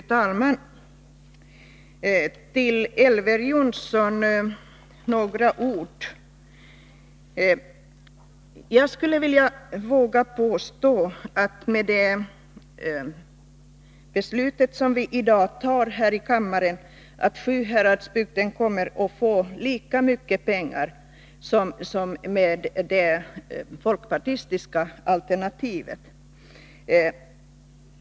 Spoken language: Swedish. Fru talman! Några ord till Elver Jonsson. Jag vågar påstå att Sjuhäradsbygden kommer att få lika mycket pengar med det beslut vi fattar här i riksdagen i dag som med det folkpartistiska alternativet.